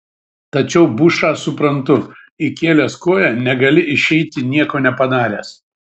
tačiau bušą suprantu įkėlęs koją negali išeiti nieko nepadaręs